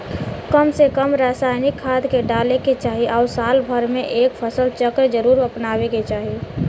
कम से कम रासायनिक खाद के डाले के चाही आउर साल भर में एक फसल चक्र जरुर अपनावे के चाही